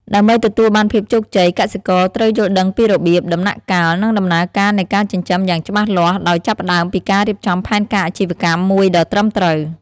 ដើម្បីទទួលបានភាពជោគជ័យ កសិករត្រូវយល់ដឹងពីរបៀប ដំណាក់កាល និងដំណើរការនៃការចិញ្ចឹមយ៉ាងច្បាស់លាស់ ដោយចាប់ផ្តើមពីការរៀបចំផែនការអាជីវកម្មមួយដ៏ត្រឹមត្រូវ។